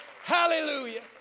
Hallelujah